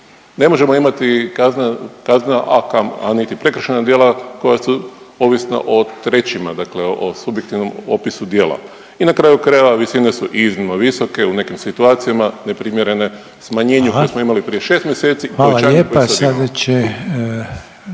Ne možemo imati kazne, a niti prekršajna djela koja su ovisna o trećima, dakle o subjektivnom opisu djela. I na kraju krajeva, visine su iznimno visoke u nekim situacijama, neprimjerene smanjenju … .../Upadica: Hvala./...